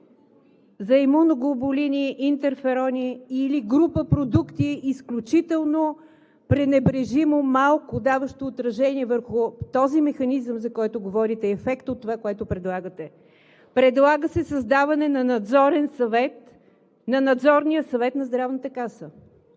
За имуноглобулини, интерферони или група продукти – изключително пренебрежимо малко даващо отражение върху този механизъм, за който говорите, и ефекта от това, което предлагате. Предлага се създаване на надзорен съвет на Надзорния съвет на Здравната каса,